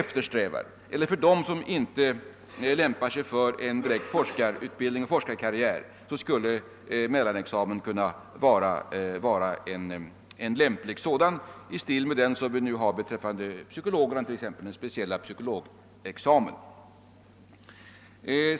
För dem som inte lämpar sig för direkt forskarutbildning och forskarkarriär skulle mellanexamen kunna vara en lämplig examen i stil med den som finns för psykologerna, den speciella psykologexamen.